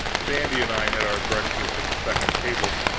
sandy and i had our breakfast at the second table.